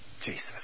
Jesus